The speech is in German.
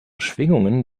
schwingungen